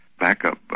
backup